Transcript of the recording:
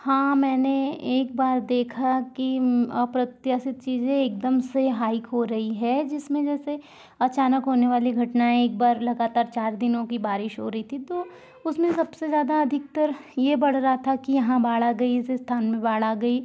हाँ मैंने एक बार देखा कि अप्रत्याशित चीज़ें एकदम से हाइक हो रही है जिसमें जैसे अचानक होने वाली घटनाएँ एक बार लगातार चार दिनों की बारिश हो रही थी तो उसमें सबसे ज़्यादा अधिकतर ये बढ़ रहा था कि यहाँ बाढ़ आ गई इस स्थान में बाढ़ आ गई